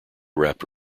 wrapped